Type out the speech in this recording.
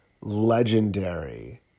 legendary